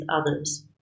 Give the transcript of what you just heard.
others